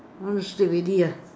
I want to sleep already ah